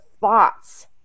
thoughts